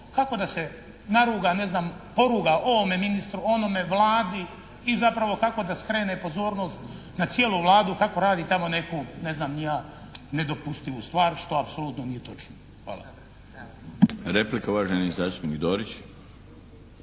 kako da se naruga ne znam ovome ministru, onome, Vladi i zapravo kako da skrene pozornost na cijelu Vladu kako radi tamo neku ne znam ni ja nedopustivu stvar što apsolutno nije točno. Hvala. **Dorić,